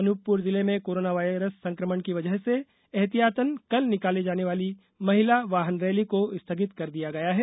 अनूपपुर जिले में corona virus संकमण की वजह से एहतियातन कल निकाली जाने वाली महिला वाहन रैली को स्थगित कर दिया गया है